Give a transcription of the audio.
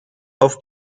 auf